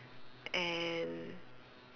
and